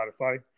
Spotify